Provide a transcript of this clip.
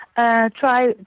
Try